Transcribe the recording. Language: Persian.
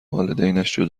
والدینشان